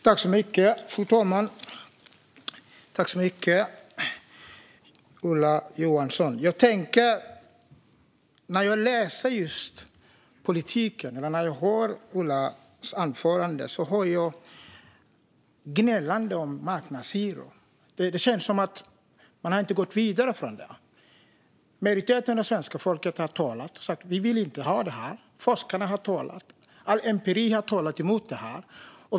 Fru talman! När jag lyssnar på er politik och när jag hör Ola Johanssons anförande hör jag gnällande om marknadshyror. Det känns som att man inte har gått vidare från det. Majoriteten av svenska folket har talat och sagt: Vi vill inte ha detta. Forskarna har talat. All empiri har talat emot det.